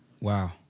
Wow